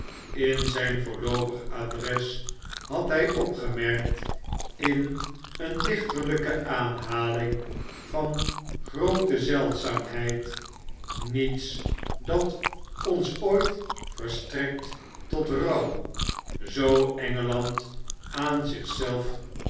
in zyn voorloopig adres had hfl opgemerkt in een dichterlnke aanhaling van groote zeldzaamheid niets dat ons ooit verstrekt tot rouw zoo engeland aan